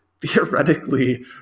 theoretically